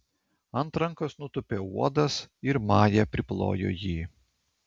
ant rankos nutūpė uodas ir maja priplojo jį